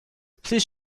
please